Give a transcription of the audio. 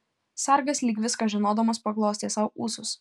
sargas lyg viską žinodamas paglostė sau ūsus